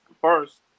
first